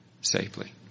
safely